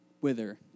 wither